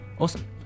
Awesome